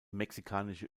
mexikanische